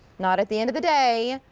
not at the end of the day,